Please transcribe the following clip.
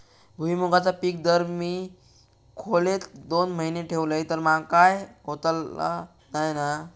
भुईमूगाचा पीक जर मी खोलेत दोन महिने ठेवलंय तर काय होतला नाय ना?